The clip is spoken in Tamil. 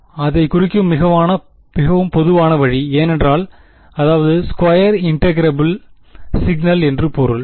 இந்த அதைக் குறிக்கும் மிகவும் பொதுவான வழி ஏனென்றால் அதாவது ஸ்கொயர் இன்டெகிரபில் சிக்னல் என்று பொருள்